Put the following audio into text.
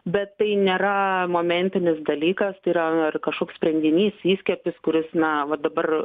bet tai nėra momentinis dalykas yra kažkoks sprendinys įskiepis kuris na va dabar